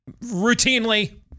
routinely